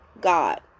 God